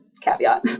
caveat